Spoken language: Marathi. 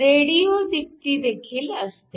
रेडिओ दीप्ती देखील असतो